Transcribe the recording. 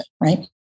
Right